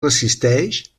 resisteix